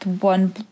one